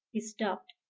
he stopped,